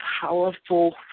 powerful